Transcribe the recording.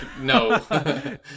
no